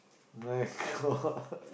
my-God